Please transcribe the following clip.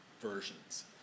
versions